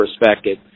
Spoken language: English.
perspective